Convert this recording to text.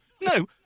No